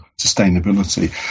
sustainability